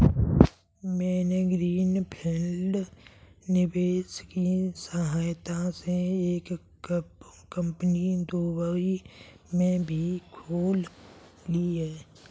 मैंने green field निवेश की सहायता से एक कंपनी दुबई में भी खोल ली है